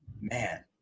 Man